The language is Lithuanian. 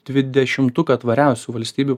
dvidešimtuką tvariausių valstybių